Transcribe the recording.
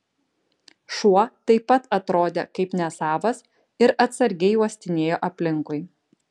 šuo taip pat atrodė kaip nesavas ir atsargiai uostinėjo aplinkui